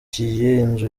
inzu